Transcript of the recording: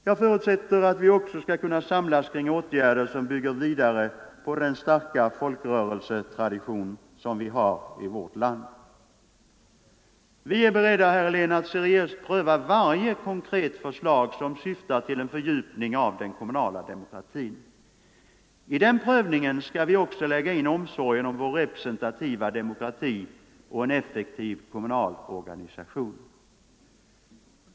Jag förutsätter att vi också skall kunna samlas kring åtgärder, som bygger vidare på den starka folkrörelsetradition vi har i vårt land. Vi är beredda, herr Helén, att seriöst pröva varje konkret förslag som syftar till en fördjupning av den kommunala demokratin. I den prövningen skall vi också lägga in omsorgen om vår representativa demokrati och en effektiv kommunal organisation.